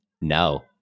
No